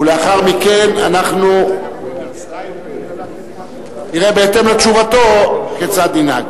ולאחר מכן אנחנו, נראה בהתאם לתשובתו כיצד ננהג.